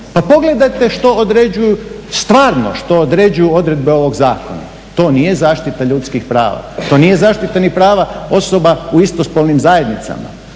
Pa pogledajte što određuju, stvarno što određuju odredbe ovog zakona. To nije zaštita ljudskih prava, to nije zaštita ni prava osoba u istospolnim zajednicama.